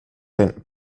den